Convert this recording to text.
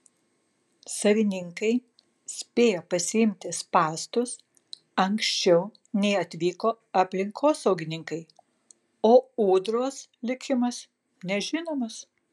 savininkai spėjo pasiimti spąstus anksčiau nei atvyko aplinkosaugininkai o ūdros likimas nežinomas